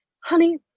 honey